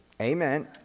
Amen